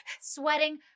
sweating